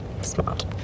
Smart